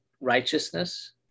righteousness